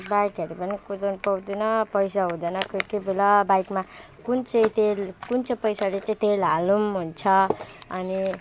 बाइकहरू पनि कुदाउनु पाउँदैन पैसा हुँदैन कोही कोही बेला बाइकमा कुन चाहिँ तेल कुन चाहिँ पैसाले चाहिँ तेल हालौँ हुन्छ अनि